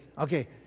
Okay